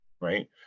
right